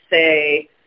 say